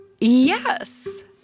Yes